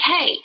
Hey